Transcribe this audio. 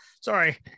sorry